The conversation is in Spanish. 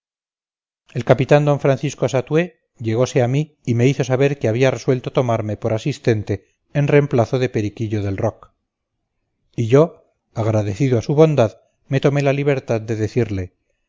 el capitán d francisco satué llegose a mí y me hizo saber que había resuelto tomarme por asistente en reemplazo de periquillo delroch y yo agradecido a su bondad me tomé la libertad de decirle